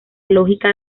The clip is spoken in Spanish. lógica